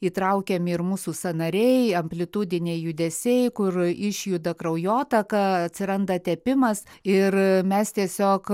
įtraukiami ir mūsų sąnariai amplitudiniai judesiai kur išjuda kraujotaka atsiranda tepimas ir mes tiesiog